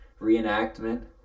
reenactment